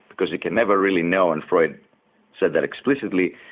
because it can never really know and freud said that explicitly,